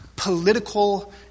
political